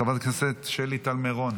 חברת הכנסת שלי טל מירון,